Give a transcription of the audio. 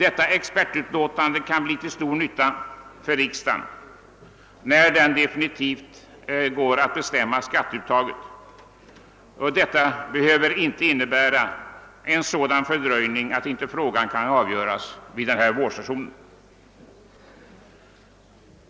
Ett sådant expertutlåtande kan bli till stor nytta för riksdagen när den definitivt skall bestämma skatteuttaget, och detta förfarande behöver inte innebära en sådan fördröjning att ärendet inte kan avgöras vid vårsessionen.